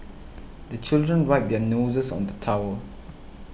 the children wipe their noses on the towel